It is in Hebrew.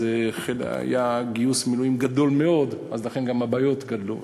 היה גיוס מילואים גדול מאוד, לכן גם הבעיות גדלו.